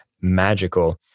magical